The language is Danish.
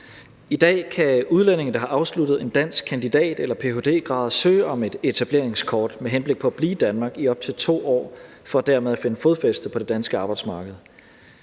I dag kan udlændinge, der har afsluttet en dansk kandidat- eller ph.d.-grad, søge om et etableringskort med henblik på at blive i Danmark i op til 2 år for dermed at finde fodfæste på det danske arbejdsmarked.